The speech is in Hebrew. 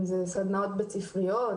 אם זה סדנאות בית-ספריות,